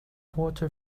water